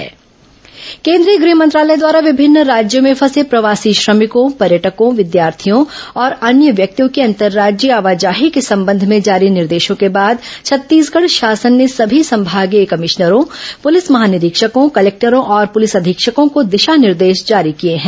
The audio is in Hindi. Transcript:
कोरोना प्रवासी श्रमिक केंद्रीय गृह मंत्रालय द्वारा विभिन्न राज्यों में फंसे प्रवासी श्रमिकों पर्यटकों विद्यार्थियों और अन्य व्यक्तियों की अंतर्राज्यीय आवाजाही के संबंध में जारी निर्देशों के बाद छत्तीसगढ़ शासन ने सभी संभागीय कभिश्नरों पुलिस महानिरीक्षकों कलेक्टरों और पुलिस अधीक्षकों को दिशा निर्देश जारी किए हैं